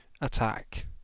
attack